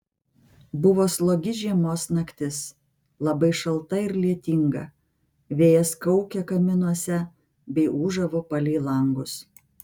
buvo slogi žiemos naktis labai šalta ir lietinga vėjas kaukė kaminuose bei ūžavo palei langus